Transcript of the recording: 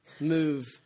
move